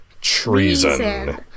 treason